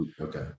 Okay